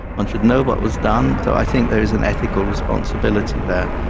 one should know what was done, so i think there is an ethical responsibility there.